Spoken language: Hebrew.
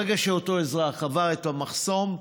ברגע שאותו אזרח עבר את המחסום,